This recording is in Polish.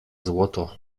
złoto